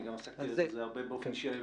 אני גם עסקתי בזה הרבה באופן אישי.